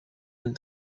een